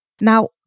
Now